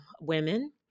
women